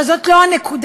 אבל זאת לא הנקודה.